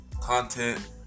content